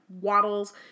waddles